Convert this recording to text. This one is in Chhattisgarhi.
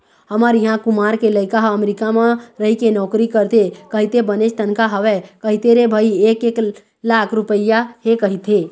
हमर इहाँ कुमार के लइका ह अमरीका म रहिके नौकरी करथे कहिथे बनेच तनखा हवय कहिथे रे भई एक एक लाख रुपइया हे कहिथे